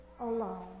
alone